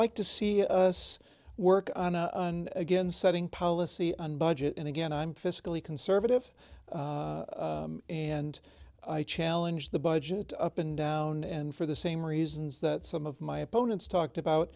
like to see us work on a again setting policy on budget and again i'm fiscally conservative and i challenge the budget up and down and for the same reasons that some of my opponents talked about